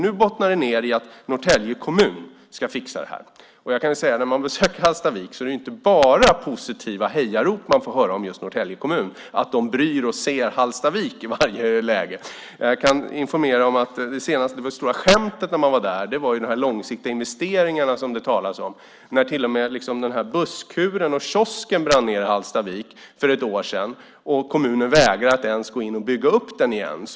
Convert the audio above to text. Nu bottnar det i att Norrtälje kommun ska fixa det här. Men jag kan säga att när man besöker Hallstavik är det inte bara positiva hejarop man får höra om just Norrtälje kommun, om att de bryr sig om och ser Hallstavik i varje läge. Jag kan informera om det stora skämtet när jag var där. Det gällde då de långsiktiga investeringar som det talas om. Busskuren och kiosken i Hallstavik brann ned för ett år sedan. Kommunen vägrade att gå in och bygga upp den igen.